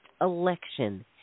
election